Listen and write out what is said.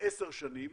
בעשר שנים,